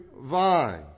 vine